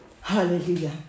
Hallelujah